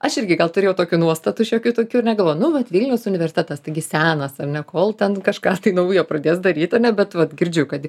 aš irgi gal turėjau tokių nuostatų šiokių tokių ar ne galvoju nu vat vilniaus universitetas taigi senas ar ne kol ten kažką tai naujo pradės daryt ane bet vat girdžiu kad